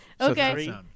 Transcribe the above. Okay